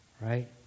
right